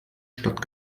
stadt